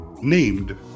named